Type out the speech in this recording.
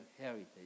heritage